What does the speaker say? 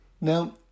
Now